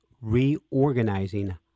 reorganizing